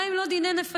מה אם לא דיני נפשות?